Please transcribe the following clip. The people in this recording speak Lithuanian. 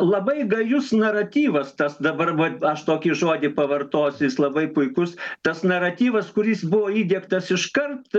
labai gajus naratyvas tas dabar vat aš tokį žodį pavartosiu jis labai puikus tas naratyvas kuris buvo įdiegtas iškart